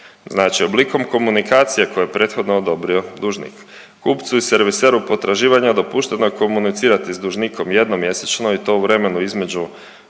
Znači oblikom komunikacije koju je prethodno odobrio dužnik. Kupcu i serviseru potraživanja dopušteno je komunicirati s dužnikom jednom mjesečno i to u vremenu između